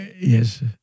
Yes